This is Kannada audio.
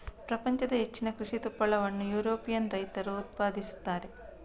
ಪ್ರಪಂಚದ ಹೆಚ್ಚಿನ ಕೃಷಿ ತುಪ್ಪಳವನ್ನು ಯುರೋಪಿಯನ್ ರೈತರು ಉತ್ಪಾದಿಸುತ್ತಾರೆ